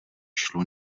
šlo